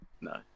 No